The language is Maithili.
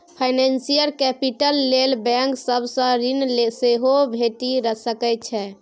फाइनेंशियल कैपिटल लेल बैंक सब सँ ऋण सेहो भेटि सकै छै